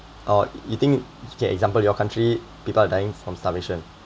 all eating okay example your country people are dying from starvation